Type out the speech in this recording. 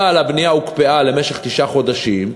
אבל הבנייה הוקפאה למשך תשעה חודשים,